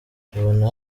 tubona